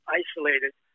isolated